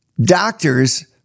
doctors